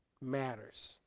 matters